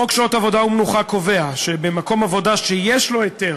חוק שעות עבודה ומנוחה קובע שבמקום עבודה שיש לו היתר